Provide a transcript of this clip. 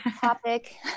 topic